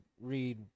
read